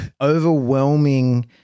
overwhelming